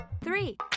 Three